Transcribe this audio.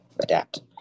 adapt